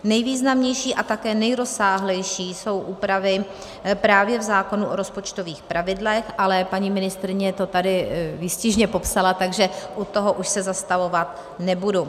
Nejvýznamnější a také nejrozsáhlejší jsou úpravy právě v zákonu o rozpočtových pravidlech, ale paní ministryně to tady výstižně popsala, takže u toho už se zastavovat nebudu.